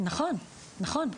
נכון, נכון.